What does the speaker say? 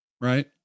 Right